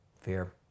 Fear